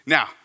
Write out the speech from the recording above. Now